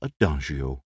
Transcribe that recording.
adagio